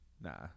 Nah